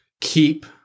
keep